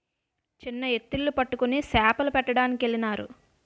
చిన్న ఎత్తిళ్లు పట్టుకొని సేపలు పట్టడానికెళ్ళినారు